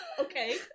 Okay